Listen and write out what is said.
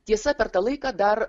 tiesa per tą laiką dar